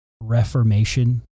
reformation